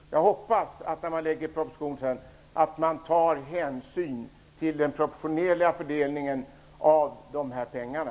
Jag hoppas att regeringen när den lägger fram propositionen sedan tar hänsyn till den proportionerliga fördelningen av de här pengarna.